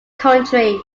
country